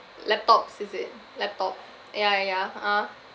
laptops is it laptop ya ya ah